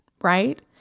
right